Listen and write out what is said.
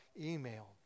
email